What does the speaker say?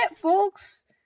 folks